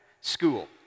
school